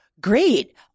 great